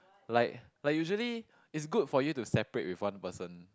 like like usually is good for you to separate with one person